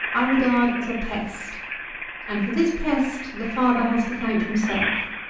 i regard as a pest and for this pest the father has to thank himself.